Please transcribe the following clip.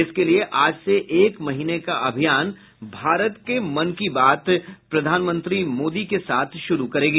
इसके लिये आज से एक महीने का अभियान भारत के मन की बात प्रधानमंत्री मोदी के साथ शुरू करेगी